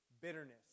bitterness